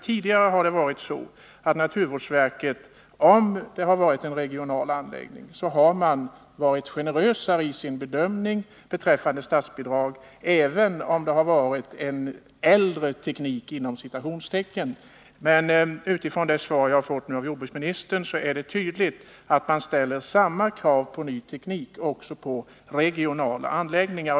Tidigare har naturvårdsverket, om det har gällt en regional anläggning, varit generösare i sin bedömning beträffande statsbidrag, även om det har varit fråga om en anläggning med ”äldre” teknik. Men av det svar jag här fått av jordbruksministern framgår det tydligt att man nu ställer samma krav på ny teknik också för regionala anläggningar.